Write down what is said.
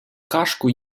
кашку